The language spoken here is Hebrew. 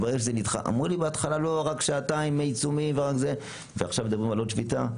אמרו לי בהתחלה רק שעתיים עיצומים ועכשיו מדברים על עוד שביתה?